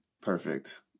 perfect